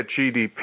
GDP